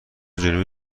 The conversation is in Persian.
جنوبی